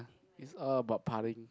it's all about partying